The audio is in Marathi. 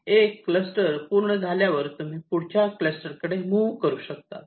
एक एक क्लस्टर पूर्ण झाल्यावर तुम्ही पुढच्या क्लस्टर कडे मुव्ह करू शकता